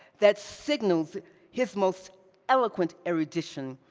that signals his most eloquent erudition,